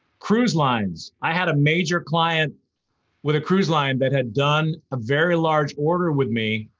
cruise lines, i had a major client with a cruise line that had done a very large order with me,